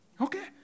Okay